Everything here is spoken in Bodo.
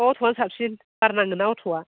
अट'आनो साबसिन बार नाङो ना अट'आ